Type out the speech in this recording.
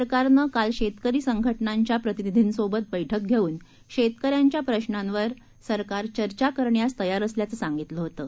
सरकारनं काल शेतकरी संघटनांच्या प्रतिनिधीसोबत बैठक घेऊन शेतकऱ्यांच्या प्रश्नांवर सरकार चर्चा करण्यास तयार असल्याचं सांगितलं होतं